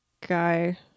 guy